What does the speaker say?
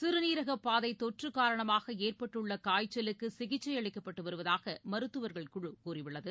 சிறநீரகபாதைதொற்றுகாரணமாகஏற்பட்டுள்ளகாய்ச்சலுக்குசிகிச்சைஅளிக்கப்பட்டுவருவதாகமருத்துவர்கள் குழு கூறியுள்ளது